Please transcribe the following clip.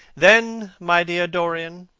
then, my dear dorian,